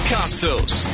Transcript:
Costos